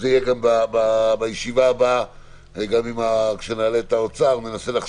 זה יידון גם בישיבה הבאה כשנעלה את נציגי